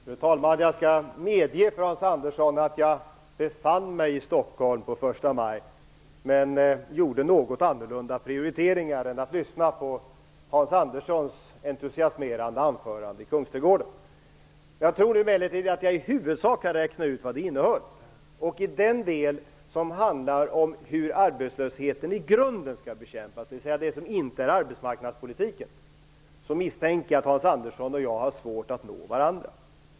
Fru talman! Jag skall medge för Hans Andersson att jag befann mig i Stockholm på första maj. Men jag gjorde något annorlunda prioriteringar än att lyssna på Kungsträdgården. Jag tror emellertid att jag i huvudsak kan räkna ut vad det innehöll. I den del som handlar om hur arbetslösheten i grunden skall bekämpas - dvs. det som inte är arbetsmarknadspolitik - misstänker jag att Hans Andersson och jag har svårt att nå varandra.